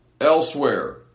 elsewhere